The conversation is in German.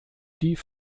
die